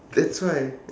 that's why